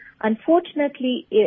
Unfortunately